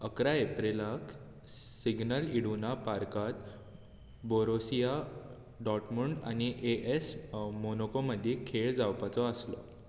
इकरा एप्रिलाक Signal Iduna पार्कांत बोरुसिया डॉर्टमुंड आनी ए एस मॉनाको मदीं खेळ जावपाचो आसलो